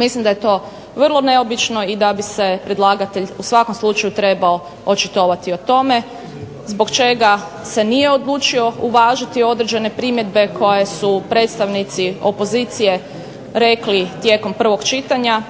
Mislim da je to vrlo neobično i da bi se predlagatelj u svakom slučaju trebao očitovati o tome zbog čega se nije odlučio uvažiti određene primjedbe koje su predstavnici opozicije rekli tijekom prvog čitanja.